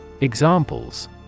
Examples